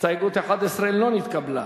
שניים בעד.